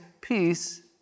peace